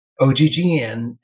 OGGN